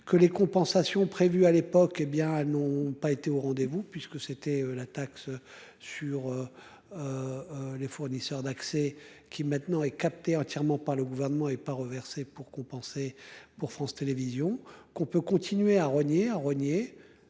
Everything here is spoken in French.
que les compensations prévues à l'époque, hé bien n'ont pas été au rendez-vous puisque c'était la taxe. Sur. Les fournisseurs d'accès qui maintenant est captée entièrement par le gouvernement est pas reversé pour compenser pour France Télévisions, qu'on peut continuer à rogner, rogner